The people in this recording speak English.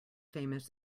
famous